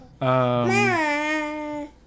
Mama